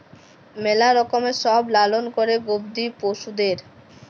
ম্যালা রকমের সব লালল ক্যরে গবাদি পশুদের